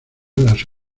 las